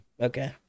Okay